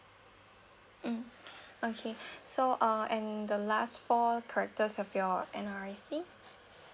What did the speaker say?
mm okay so uh and the last four characters of your N_R_I_C